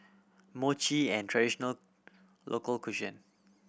mochi an traditional local